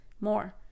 more